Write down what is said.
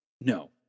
no